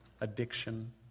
addiction